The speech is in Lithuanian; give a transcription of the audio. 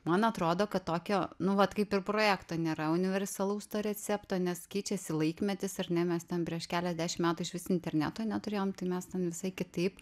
man atrodo kad tokio nu vat kaip ir projekto nėra universalaus recepto nes keičiasi laikmetis ar ne mes ten prieš keliasdešim metų iš vis interneto neturėjom tai mes ten visai kitaip